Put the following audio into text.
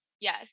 yes